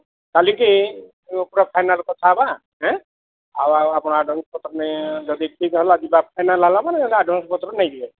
କାଲିକୁ ପୂରା ଫାଇନାଲ କଥା ହେବା ହେଁ ଆଉ ଆଉ ଆପଣ ଆଡ଼ଭାନ୍ସ ପତ୍ର ନେଇ ଯଦି ଠିକ୍ ହେଲା ଯିବା ଫାଇନାଲ ହେଲା ଆଡ଼ଭାନ୍ସ ପତ୍ର ନେଇଯିବେ